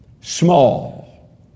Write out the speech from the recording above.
small